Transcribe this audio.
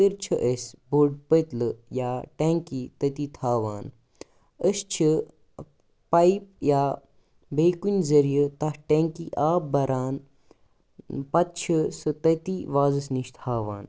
خٲطر چھِ أسۍ بوٚڈ پٔتلہٕ یا ٹٮ۪نٛکی تٔتی تھاوان أسۍ چھِ پایپ یا بیٚیہِ کُنہِ ذٔریعہِ تَتھ ٹٮ۪نٛکی آب بَران پَتہٕ چھِ سُہ تٔتی وازَس نِش تھاوان